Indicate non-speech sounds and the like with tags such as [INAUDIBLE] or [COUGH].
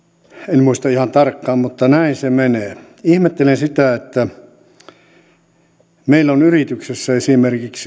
en muista ihan tarkkaan mutta näin se menee ihmettelen sitä että meillä on yrityksessä esimerkiksi [UNINTELLIGIBLE]